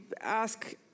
ask